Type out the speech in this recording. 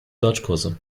deutschkurse